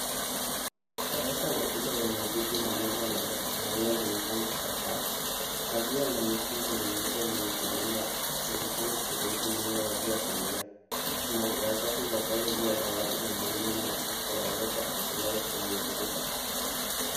Darasa ya shule yenye miti na meza za kahawia zimepangwa kwa safu. Pazia la nyekundu na nyeupe limefunguliwa dirishani kuruhusu mwanga wa jua kuingia. Kuna karatasi za kazi juu ya dawati kila mwalimu na poster ya water is life kwenye ukuta.